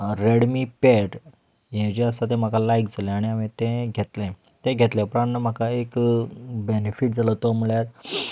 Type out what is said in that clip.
Redmi pad हें जें आसा तें म्हाका लायक जालें आनी हांवें तें घेतलें तें घेतल्या उपरांत म्हाका एक बेनिफीट जालो तो म्हणल्यार